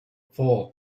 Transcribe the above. four